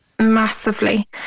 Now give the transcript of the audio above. Massively